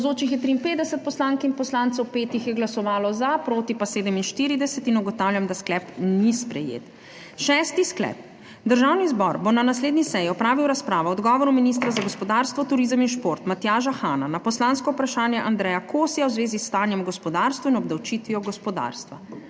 5 jih je glasovalo za, proti pa 47. (Za je glasovalo 5.) (Proti 47.) Ugotavljam, da sklep ni sprejet. Šesti sklep: Državni zbor bo na naslednji seji opravil razpravo o odgovoru ministra za gospodarstvo turizem in šport Matjaža Hana na poslansko vprašanje Andreja Kosija v zvezi s stanjem v gospodarstvu in obdavčitvijo gospodarstva.